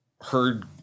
heard